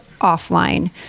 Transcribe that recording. offline